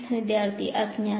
വിദ്യാർത്ഥി അജ്ഞാതൻ